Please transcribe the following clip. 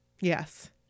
Yes